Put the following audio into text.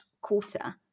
quarter